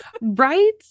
right